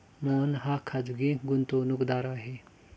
मोहन हा खाजगी गुंतवणूकदार आहे